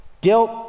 guilt